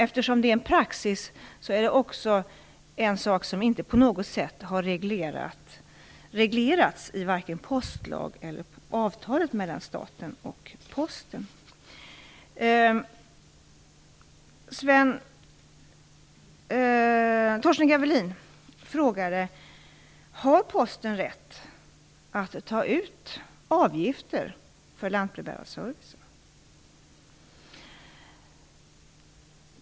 Eftersom det är en praxis är det också en sak som inte på något sätt har reglerats i vare sig postlag eller avtalet mellan staten och Posten. Torsten Gavelin frågade: Har Posten rätt att ta ut avgifter för lantbrevbärarservicen?